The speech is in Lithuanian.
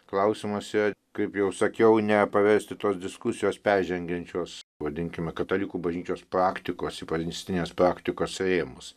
klausimas yra kaip jau sakiau nepaversti tos diskusijos peržengiančios vadinkime katalikų bažnyčios praktikos įprastinės praktikos rėmus